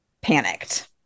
panicked